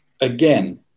Again